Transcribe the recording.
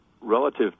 relative